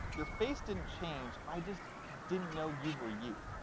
your face didn't change. i just didn't know you were you.